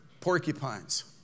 porcupines